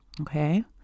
okay